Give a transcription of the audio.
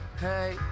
Hey